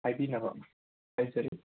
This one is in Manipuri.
ꯍꯥꯏꯕꯤꯅꯕ ꯍꯥꯏꯖꯔꯤ